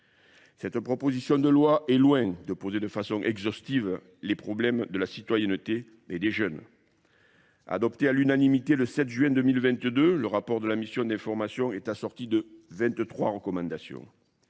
Cette proposition de loi est loin de poser de façon exhaustive les problèmes de la citoyenneté et des jeunes. Adoptée à l'unanimité le 7 juin 2022, le rapport de la mission d'information est assorti de 23 recommandations.